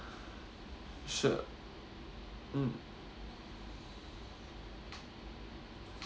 sure mm